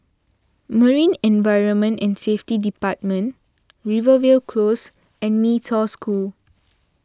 Marine Environment and Safety Department Rivervale Close and Mee Toh School